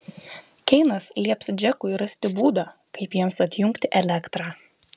keinas lieps džekui rasti būdą kaip jiems atjungti elektrą